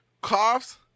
coughs